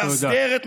והסדר, תודה.